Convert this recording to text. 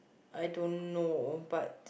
I don't know but